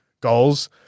goals